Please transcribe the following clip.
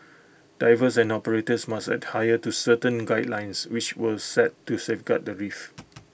divers and operators must to certain guidelines which were set to safeguard the reef